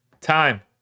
time